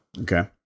Okay